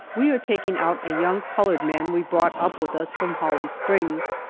we are taking out a young colored man we brought up with us from holly springs.